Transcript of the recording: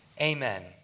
Amen